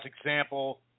example